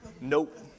nope